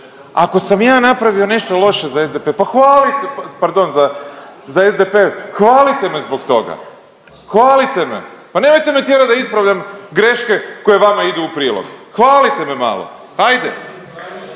pa hvalite, pardon za, za SDP, hvalite me zbog toga, hvalite me. Pa nemojte me tjerat da ispravljam greške koje vama idu u prilog, hvalite me malo. Ajde.